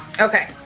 Okay